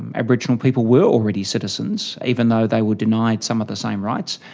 aboriginal people were already citizens, even though they were denied some of the same rights.